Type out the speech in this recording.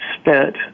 spent